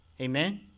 Amen